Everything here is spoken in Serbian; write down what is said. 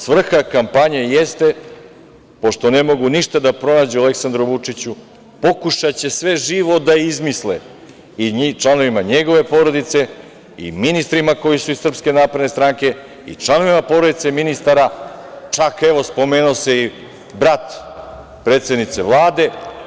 Svrha kampanje jeste, pošto ne mogu ništa da pronađu Aleksandru Vučiću, da pokušaju sve živo da izmisle članovima njegove porodice, ministrima koji su iz SNS, članovima porodica ministara, čak se spomenuo i brat predsednice Vlade.